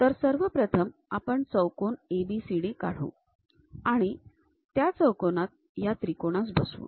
तर सर्वप्रथम आपण चौकोन ABCD काढू आणि त्या चौकोनात या त्रिकोणास बसवू